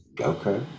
Okay